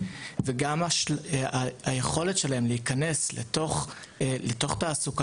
וגם ביכולת שלהם להיכנס לתוך תעסוקה